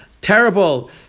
terrible